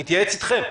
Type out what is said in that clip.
מתייעץ אתכם?